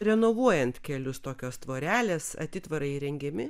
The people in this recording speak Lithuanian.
renovuojant kelius tokios tvorelės atitvarai įrengiami